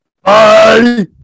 Bye